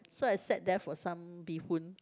so I sat there for some bee hoon